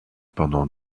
pendant